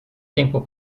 tiempo